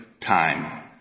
time